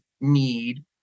need